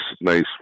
nice